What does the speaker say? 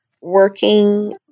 working